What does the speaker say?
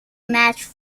match